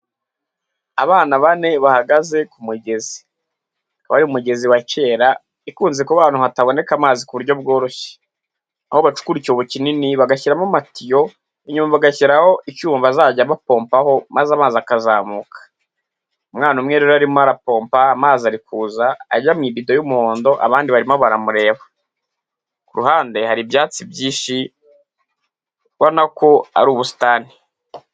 Abana bane bahagaze ku mugezi. Akaba ari umugezi wa kera ikunze kuba ahantu hataboneka amazi ku buryo bworoshye. Aho bacukura icyobo kinini bagashyiramo amatiyo inyuma bagashyiraho icyuma bazajya bapompaho maze amazi akazamuka. Umwana umwe rero arimo arapompa amazi ari kuza ajya mu ibido y'umuhondo, abandi barimo baramureba. Ku ruhande hari ibyatsi byinshi ubona ko ari ubusitani.